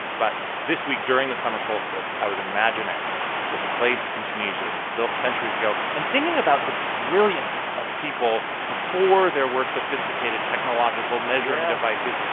but this week, during the summer solstice, i was imagining this place in tunisia that was built centuries ago and thinking about the brilliance of people before there were sophisticated, technological measuring devices.